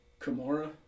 Kimura